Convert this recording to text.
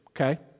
Okay